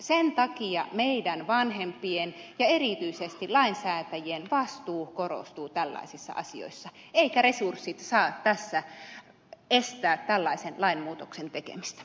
sen takia meidän vanhempien ja erityisesti lainsäätäjien vastuu korostuu tällaisissa asioissa eikä resurssien puute saa tässä estää tällaisen lainmuutoksen tekemistä